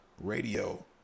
radio